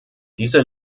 diese